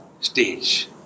stage